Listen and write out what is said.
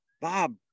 Bob